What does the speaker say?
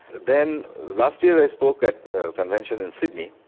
then last year i spoke at a convention in sydney,